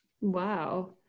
Wow